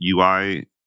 UI